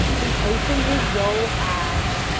he opened his dull eyes,